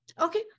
Okay